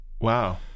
Wow